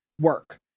work